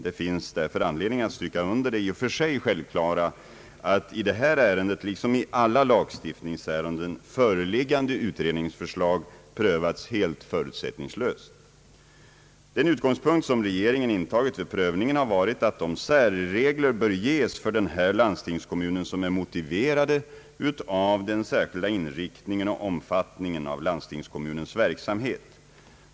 Det finns därför anledning att stryka under det i och för sig självklara att, i det här ärendet liksom i alla lagstiftningsärenden, föreliggande <utredningsförslag prövas helt förutsättningslöst. Den utgångspunkt som regeringen intagit vid prövningen har varit att de särregler bör ges för den här landstingskommunen som är motiverade av den särskilda inriktningen och omfattningen av landstingskommunens verksamhet.